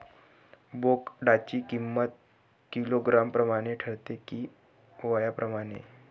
बोकडाची किंमत किलोग्रॅम प्रमाणे ठरते कि वयाप्रमाणे?